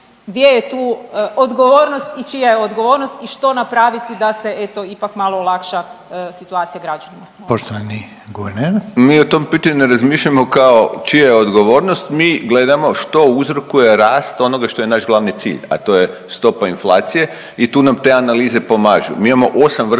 Gdje je tu odgovornost i čija je odgovornost i što napraviti da se eto ipak malo olakša situacija građanima? **Reiner, Željko (HDZ)** Poštovani guverner. **Vujčić, Boris** Mi o tom pitanju ne razmišljamo kao čija je odgovornost, mi gledamo što uzrokuje rast onoga što je naš glavni cilj, a to je stopa inflacije i tu nam te analize pomažu. Mi imamo osam vrsta